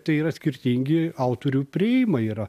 tai yra skirtingi autorių priėjimai yra